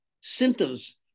symptoms